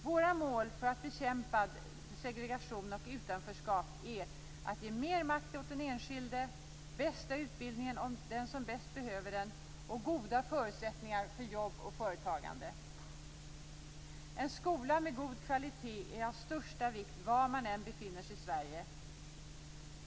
Våra medel för att bekämpa segregation och utanförskap är att ge mer makt åt den enskilde, bästa utbildningen åt den som bäst behöver den och goda förutsättningar för jobb och företagande. En skola med god kvalitet är av största vikt var man än befinner sig i Sverige.